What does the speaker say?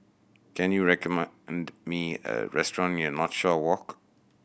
can you recommend me a restaurant near Northshore Walk